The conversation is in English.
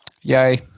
Yay